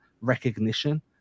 recognition